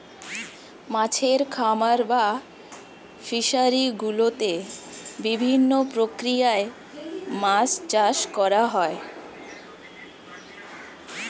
মাছের খামার বা ফিশারি গুলোতে বিভিন্ন প্রক্রিয়ায় মাছ চাষ করা হয়